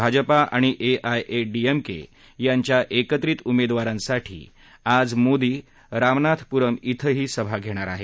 भाजपा आणि AIADMK यांच्या एकत्रित उमेदवारांसाठी आज मोदी रामनाथपुरम बेंही सभा घेणार आहेत